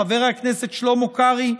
חבר הכנסת שלמה קרעי,